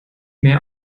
mehr